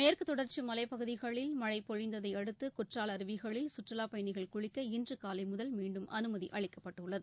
மேற்கு தொடர்ச்சி மலைப் பகுதிகளில் மழை பொழிந்ததை அடுத்து குற்றால அருவிகளில் கற்றுலாப் பயணிகள் குளிக்க இன்று காலை முதல் மீண்டும் அனுமதி அளிக்கப்பட்டுள்ளது